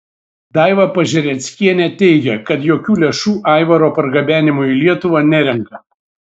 daiva pažereckienė teigė kad jokių lėšų aivaro pargabenimui į lietuvą nerenka